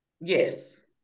Yes